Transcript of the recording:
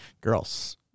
girls